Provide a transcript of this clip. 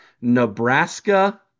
Nebraska